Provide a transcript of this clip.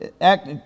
act